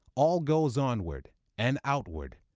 all goes onward and outward,